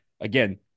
again